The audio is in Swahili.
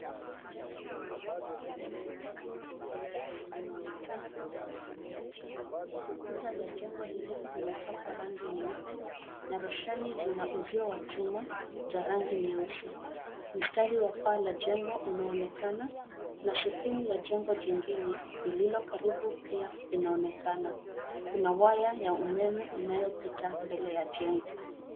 Ghorofa lenye vyumba vya kukodisha linaonekana kutoka pembe ya chini. Kuta za jengo lile zimepakwa rangi nyeupe na roshani zina uzio wa chuma za rangi nyeusi. Mstari wa paa la jengo unaonekana , na sehemu ya jengo jingine lililo karibu pia inaonekana. Kuna waya ya umeme inayopita mbele ya jengo.